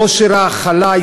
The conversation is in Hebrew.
כושר ההכלה,